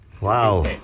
Wow